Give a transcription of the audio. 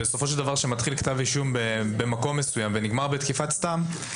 בסופו של דבר כאשר מתחיל כתב אישום במקום מסוים ונגמר בתקיפת סתם,